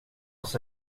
oss